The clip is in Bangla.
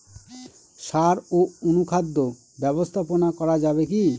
সাড় ও অনুখাদ্য ব্যবস্থাপনা করা যাবে কি?